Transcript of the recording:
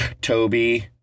toby